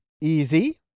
Easy